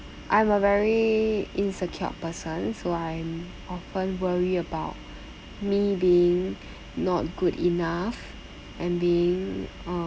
I'm a very insecured person so I'm often worry about me being not good enough and being uh